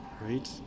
right